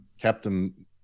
Captain